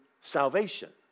salvation